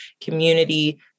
community